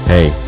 Hey